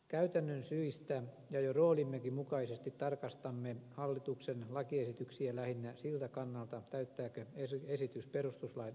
käytännön syistä ja jo roolimmekin mukaisesti tarkastamme hallituksen lakiesityksiä lähinnä siltä kannalta täyttääkö esitys perustuslain asettamat edellytykset